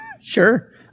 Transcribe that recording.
Sure